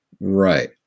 Right